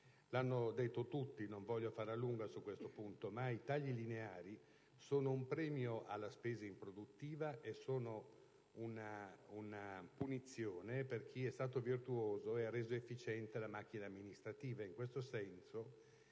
L'hanno detto tutti, e non voglio farla lunga su questo punto, ma i tagli lineari sono un premio alla spesa improduttiva e una punizione per chi è stato virtuoso e ha reso efficiente la macchina amministrativa.